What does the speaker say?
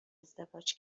ازدواج